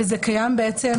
זה גם קיים אצלנו.